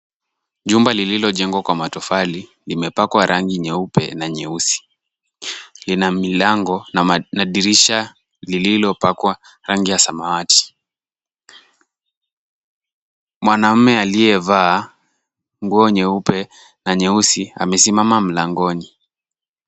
Jumba lililojengwa kwa matofali limepakwa rangi nyeupe na nyeusi. Lina milango na dirisha lililopakwa rangi ya samawati. Mwanamume aliyeevaa nguo nyeupe na nyeusi amesimama mlangoni.